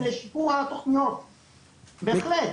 בהחלט.